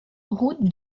route